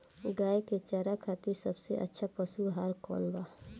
गाय के चारा खातिर सबसे अच्छा पशु आहार कौन बा?